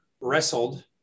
wrestled